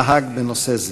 נהג בנושא זה.